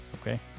Okay